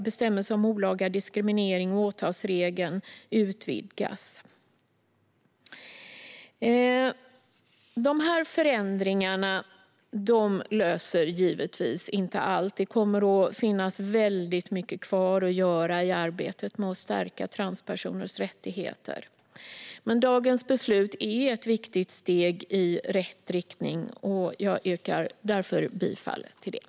Bestämmelserna om olaga diskriminering och åtalsregeln som avser förolämpning utvidgas. Dessa förändringar löser givetvis inte allt. Det kommer att finnas mycket kvar att göra i arbetet med att stärka transpersoners rättigheter. Men propositionen är ett viktigt steg i rätt riktning, och jag yrkar därför bifall till den.